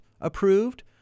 approved